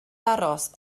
aros